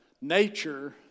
nature